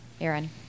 Aaron